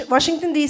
Washington